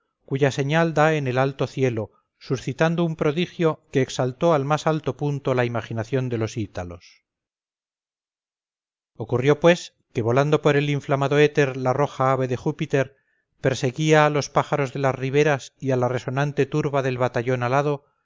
cuya señal da en el alto cielo suscitando un prodigio que exaltó al más alto punto la imaginación de los ítalos ocurrió pues que volando por el inflamado éter la roja ave de júpiter perseguía a los pájaros de las riberas y a la resonante turba del batallón alado